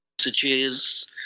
messages